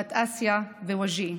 בת אסיה ווג'יה,